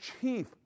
chief